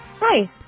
Hi